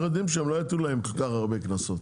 אנחנו יודעים שהם לא יטילו עליהם כל כך הרבה קנסות,